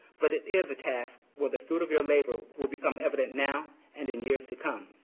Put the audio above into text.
but it is a task where the fruit of your labor will become evident now and in years to come.